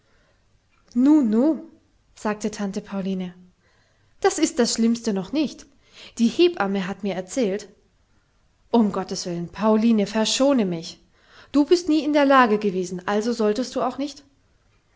nu sagte tante pauline das ist das schlimmste noch nicht die hebamme hat mir erzählt umgotteswillen pauline verschone mich du bist nie in der lage gewesen also solltest du auch nicht